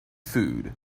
food